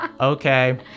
Okay